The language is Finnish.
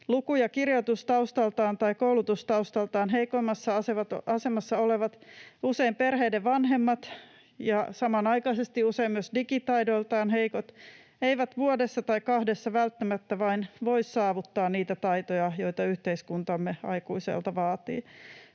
Luku- ja kirjoitustaustaltaan tai koulutustaustaltaan heikoimmassa asemassa olevat, usein perheiden vanhemmat, ja samanaikaisesti usein myös digitaidoiltaan heikot, eivät vuodessa tai kahdessa välttämättä vain voi saavuttaa niitä taitoja, joita yhteiskuntamme aikuiselta vaatii,